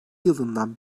yılından